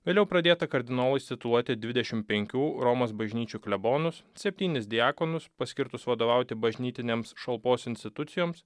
vėliau pradėta kardinolais tituluoti dvidešim penkių romos bažnyčių klebonus septynis diakonus paskirtus vadovauti bažnytinėms šalpos institucijoms